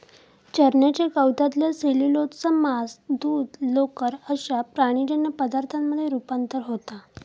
चरण्याच्या गवतातला सेल्युलोजचा मांस, दूध, लोकर अश्या प्राणीजन्य पदार्थांमध्ये रुपांतर होता